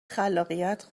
خلاقیت